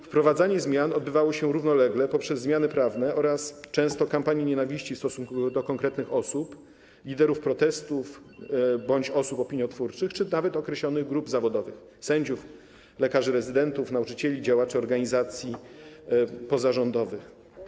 Wprowadzanie zmian odbywało się równolegle poprzez zmiany prawne oraz często kampanie nienawiści w stosunku do konkretnych osób, liderów protestów bądź osób opiniotwórczych czy nawet określonych grup zawodowych: sędziów, lekarzy rezydentów, nauczycieli, działaczy organizacji pozarządowych.